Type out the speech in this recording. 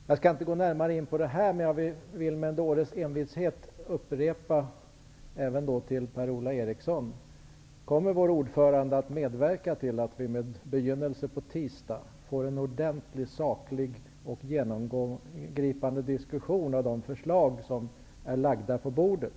Jag skall inte gå närmare in på dem här, men jag vill med en dåres envishet även för Per-Ola Eriksson upprepa min fråga: Kommer vår ordförande att medverka till att vi med begynnelse på tisdag får en ordentlig, saklig och genomgripande diskussion av de förslag som är lagda på bordet?